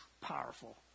powerful